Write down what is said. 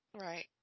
Right